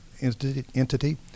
entity